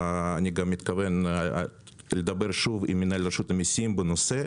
אני גם מתכוון לדבר שוב עם מנהל רשות המיסים בנושא.